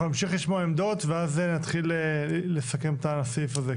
אנחנו נמשיך לשמוע עמדות ואז נתחיל לסכם את הסעיף הזה.